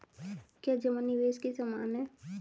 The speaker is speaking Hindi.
क्या जमा निवेश के समान है?